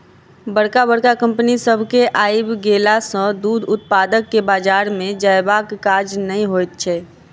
बड़का बड़का कम्पनी सभ के आइब गेला सॅ दूध उत्पादक के बाजार जयबाक काज नै होइत छै